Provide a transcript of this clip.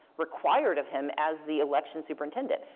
required of him as the election superintendent.